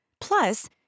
Plus